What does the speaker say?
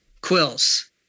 Quills